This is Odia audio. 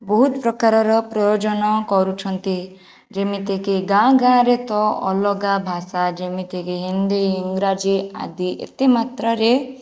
ବହୁତ ପ୍ରକାରର ପ୍ରୟୋଜନ କରୁଛନ୍ତି ଯେମିତିକି ଗାଁ ଗାଁରେ ତ ଅଲଗା ଭାଷା ଯେମିତିକି ହିନ୍ଦୀ ଇଂରାଜି ଆଦି ଏତେ ମାତ୍ରାରେ